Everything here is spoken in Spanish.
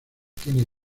tiene